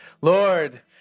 Lord